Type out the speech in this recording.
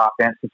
offense